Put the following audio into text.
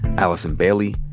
allison bailey,